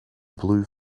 blue